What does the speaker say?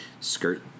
Skirt